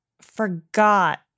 forgot